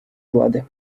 влади